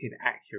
inaccurate